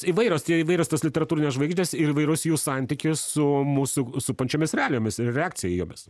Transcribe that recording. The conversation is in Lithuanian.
įvairios tie įvairios tos literatūrinės žvaigždės ir įvairus jų santykis su mūsų supančiomis realijomis ir reakcijomis